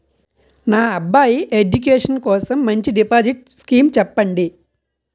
నా అబ్బాయి ఎడ్యుకేషన్ కోసం మంచి డిపాజిట్ స్కీం చెప్పండి